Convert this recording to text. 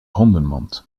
hondenmand